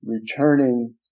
returning